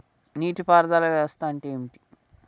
నీటి పారుదల వ్యవస్థ అంటే ఏంటి?